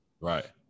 Right